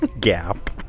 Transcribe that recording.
Gap